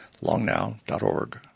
longnow.org